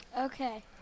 Okay